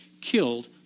killed